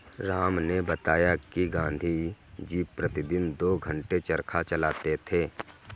राम ने बताया कि गांधी जी प्रतिदिन दो घंटे चरखा चलाते थे